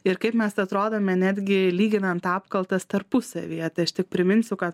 ir kaip mes atrodome netgi lyginant apkaltas tarpusavyje tai aš tik priminsiu kad